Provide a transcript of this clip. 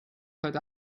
heute